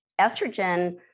estrogen